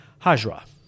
Hajra